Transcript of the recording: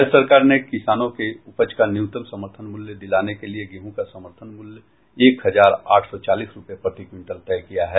राज्य सरकार ने किसानों के उपज का न्यूनतम समर्थन मूल्य दिलाने के लिए गेहूँ का समर्थन मूल्य एक हजार आठ सौ चालीस रूपये प्रति क्विंटल तय किया है